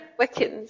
Wiccans